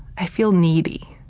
i feel needy.